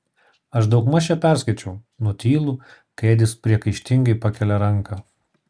aš daugmaž ją perskaičiau nutylu kai edis priekaištingai pakelia ranką